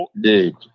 Dude